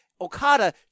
Okada